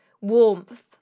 warmth